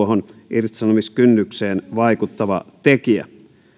irtisanomiskynnykseen vaikuttava tekijä